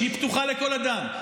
שהיא פתוחה לכל אדם,